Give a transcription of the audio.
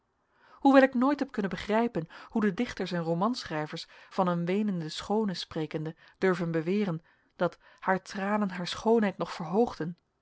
hoewel ik nooit heb kunnen begrijpen hoe de dichters en romanschrijvers van een weenende schoone sprekende durven beweren dat haar tranen haar schoonheid nog verhoogden